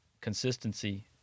consistency